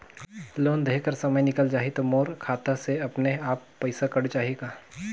Loan देहे कर समय निकल जाही तो मोर खाता से अपने एप्प पइसा कट जाही का?